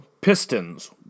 Pistons